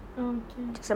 okay